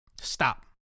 Stop